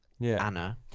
Anna